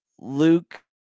Luke